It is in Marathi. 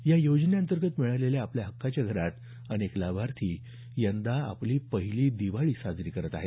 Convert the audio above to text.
या योजने अंतर्गत मिळालेल्या आपल्या हक्काच्या घरात अनेक लाभार्थी यदां आपली पहिली दिवाळी साजरी करीत आहेत